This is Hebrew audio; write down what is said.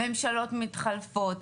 ממשלות מתחלפות,